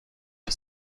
für